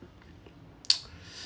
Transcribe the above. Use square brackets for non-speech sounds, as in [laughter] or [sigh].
[noise]